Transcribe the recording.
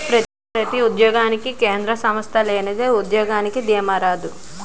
ప్రతి ఉద్యోగానికి కేంద్ర సంస్థ లేనిదే ఉద్యోగానికి దీమా రాదు